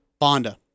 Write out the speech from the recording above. Bonda